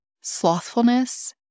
Slothfulness